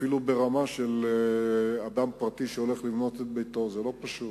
אפילו ברמה של אדם פרטי שהולך לבנות את ביתו זה לא פשוט,